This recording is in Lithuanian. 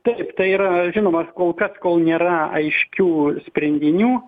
taip tai yra žinoma kol kas kol nėra aiškių sprendinių